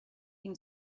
been